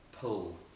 pull